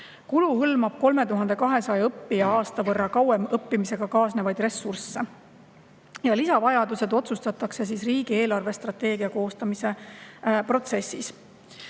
Kulu hõlmab 3200 õppija aasta võrra kauem õppimisega kaasnevaid ressursse. Lisavajadused otsustatakse riigi eelarvestrateegia koostamise protsessis.